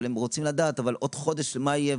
אבל הם רוצים לדעת עוד חודש מה יהיה,